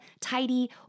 tidy